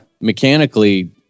mechanically